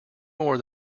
more